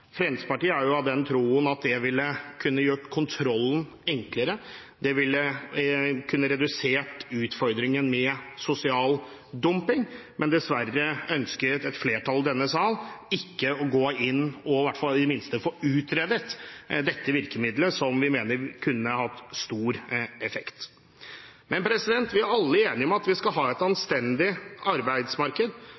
Fremskrittspartiet er av den troen at det ville gjort kontrollen enklere, og det ville redusert utfordringen med sosial dumping, men dessverre ønsket et flertall i denne sal ikke å gå inn og i det minste få utredet dette virkemiddelet som vi mener kunne hatt stor effekt. Vi er alle enige om at vi skal ha et